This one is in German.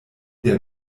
der